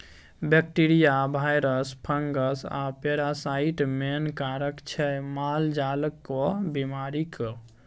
bacteria, virus, fungus आ parasite main कारक छै मालजालक बेमारीक